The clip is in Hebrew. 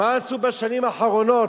מה עשו בשנים האחרונות?